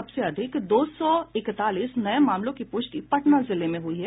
सबसे अधिक दो सौ इकतालीस नये मामलों की पुष्टि पटना जिले में हुई है